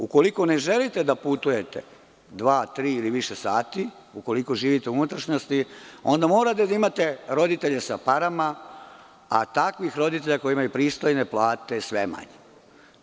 Ukoliko ne želite da putujete dva, tri ili više sati, ukoliko živite u unutrašnjosti, onda morate da imate roditelje sa parama, a takvih roditelja koji imaju pristojne plate je sve manje.